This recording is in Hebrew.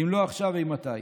ואם לא עכשיו, אימתי?